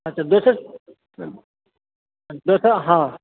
अच्छा दोसर दोसर हँ